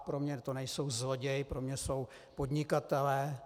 Pro mě to nejsou zloději, pro mě jsou to podnikatelé.